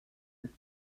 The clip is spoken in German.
ist